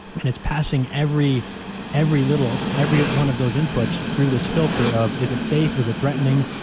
and it's passing every every little, every one of those inputs through this filter of is it safe, is it threatening,